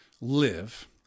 live